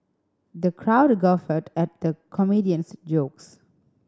the crowd guffawed at the comedian's jokes